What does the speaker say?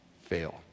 fail